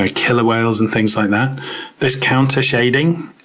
ah killer whales, and things like that this countershading